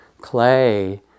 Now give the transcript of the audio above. clay